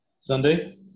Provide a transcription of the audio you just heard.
Sunday